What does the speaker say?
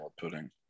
pudding